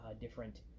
different